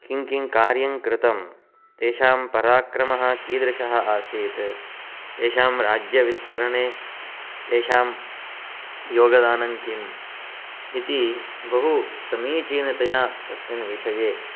किङ्किङ्कार्यङ्कृतं तेषां पराक्रमः कीदृशः आसीत् तेषां राज्यविस्तरणे तेषां योगदानं किम् इति बहु समीचीनतया तस्मिन् विषये